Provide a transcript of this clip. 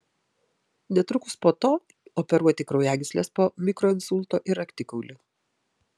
netrukus po to operuoti kraujagysles po mikroinsulto ir raktikaulį